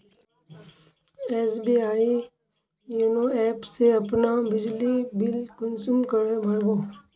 SBI YONO app से अपना बिजली बिल कुंसम करे भर बो?